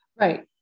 Right